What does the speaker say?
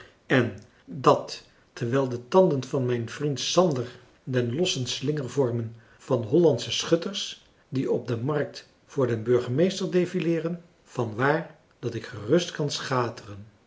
en dàt terwijl de tanden van mijn vriend sander den lossen slinger vormen van hollandsche schutters die op de markt voor den burgemeester defileeren vanwaar dat ik gerust kan schateren